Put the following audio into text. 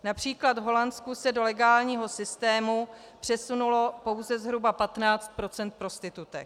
Například v Holandsku se do legálního systému přesunulo pouze zhruba 15 % prostitutek.